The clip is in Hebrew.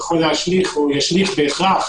ישליך בהכרח